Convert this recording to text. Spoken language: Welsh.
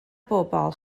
bobl